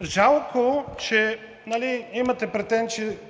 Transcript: Жалко, че имате